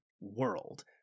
world